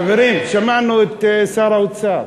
חברים, שמענו את שר האוצר.